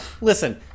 Listen